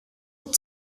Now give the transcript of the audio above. with